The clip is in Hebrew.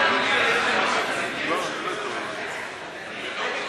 עם כל הכבוד,